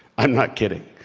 i'm not kidding,